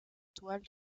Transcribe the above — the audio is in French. toile